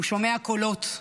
הוא שומע קולות,